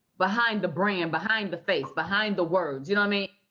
behind the brand, behind the face, behind the words. you know i mean